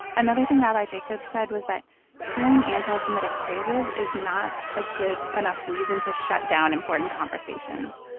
another thing rabbi jacobs said was that hearing anti-semitic phrases is not a good enough reason to shut down important conversations.